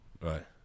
right